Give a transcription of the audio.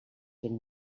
ben